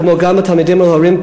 כמו גם לתלמידים ולהורים,